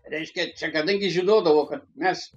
reiškia čia kadangi žinodavo kad mes